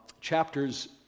chapters